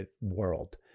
world